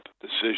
decision